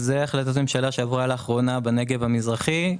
החלטת ממשלה שעברה לאחרונה לגבי הנגב המזרחי.